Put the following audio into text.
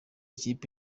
ikipe